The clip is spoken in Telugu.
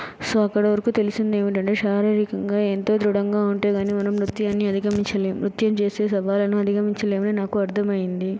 సో అక్కడ వరకు తెలిసినది ఏమిటంటే శారీరికంగా ఎంతో దృఢంగా ఉంటే కాని మనం నృత్యాన్ని అధిగమించలేము నృత్యం చేసే సవాలను అధిగమించలేము అని నాకు అర్థమైంది